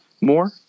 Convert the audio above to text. more